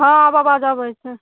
हँ अब अबाज आबै छै